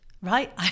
right